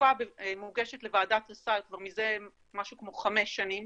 התרופה מוגשת לוועדת הסל כבר מזה משהו כמו חמש שנים